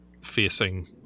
facing